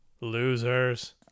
Losers